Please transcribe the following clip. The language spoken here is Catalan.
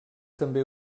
també